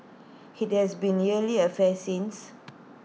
IT has been A yearly affair since